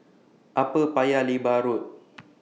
Upper Paya Lebar Road